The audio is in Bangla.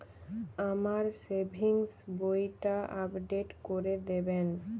আমার সেভিংস বইটা আপডেট করে দেবেন?